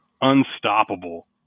unstoppable